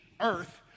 earth